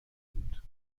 بود